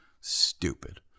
Stupid